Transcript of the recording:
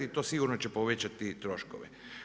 I to sigurno će povećati troškove.